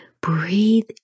Breathe